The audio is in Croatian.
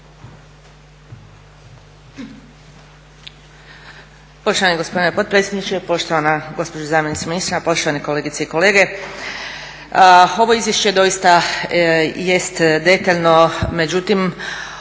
Poštovani gospodine potpredsjedniče, poštovana gospođo zamjenice ministra, poštovane kolegice i kolege. Ovo izvješće doista jest detaljno međutim,